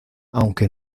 aunque